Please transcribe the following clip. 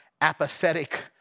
apathetic